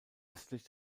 östlich